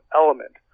element